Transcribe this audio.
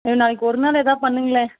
ஐயோ நாளைக்கு ஒரு நாள் எதாவது பண்ணுங்களேன்